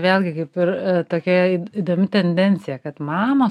vėlgi kaip ir tokia įdomi tendencija kad mamos